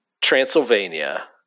Transylvania